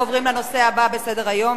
ועדת זכויות הילד.